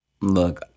Look